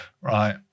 Right